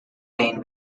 main